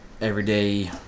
everyday